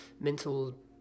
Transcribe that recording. mental